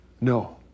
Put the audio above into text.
No